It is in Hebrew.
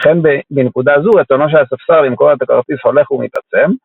שכן בנקודה זו רצונו של הספסר למכור את הכרטיס הולך ומתעצם,